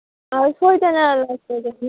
ꯑ ꯁꯣꯏꯗꯅ ꯂꯥꯛꯆꯒꯅꯤ